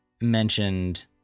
mentioned